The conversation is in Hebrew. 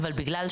אגב,